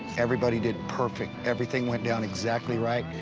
everybody did perfect. everything went down exactly right.